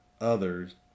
others